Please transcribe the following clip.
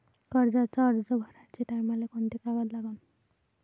कर्जाचा अर्ज भराचे टायमाले कोंते कागद लागन?